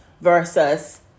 versus